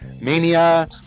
Mania